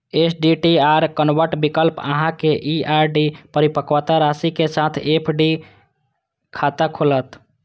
STDR convert विकल्प अहांक ई आर.डी परिपक्वता राशि के साथ एफ.डी खाता खोलत